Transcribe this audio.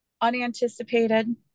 unanticipated